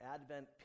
Advent